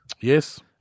Yes